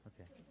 Okay